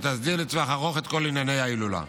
שתסדיר לטווח ארוך את כל ענייני ההילולה.